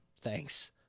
Thanks